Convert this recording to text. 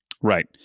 Right